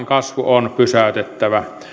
kasvu on pysäytettävä